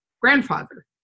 grandfather